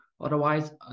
Otherwise